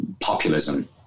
populism